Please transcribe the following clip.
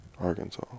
Arkansas